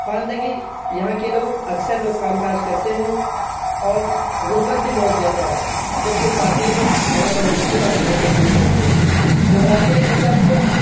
خواندگی یہاں کے لوگ اکثر لوگ کام کاج کرتے ہیں اور غربت بھی بہت زیادہ ہے جب کہ خواتین گھروں میں رہتی ہے اور گھر کے کام کرتی ہیں جغرافیائی حساب سے